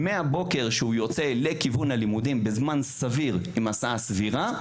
מהבוקר שהוא יוצא לכיוון הלימודים בזמן סביר עם הסעה סבירה,